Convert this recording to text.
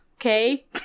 okay